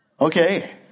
okay